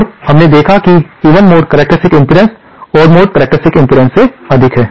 और हमने देखा कि even mode characteristics impedance odd mode characteristics impedance से अधिक है